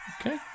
Okay